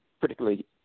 particularly